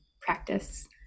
practice